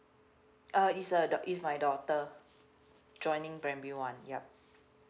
uh is a the is my daughter joining primary one yup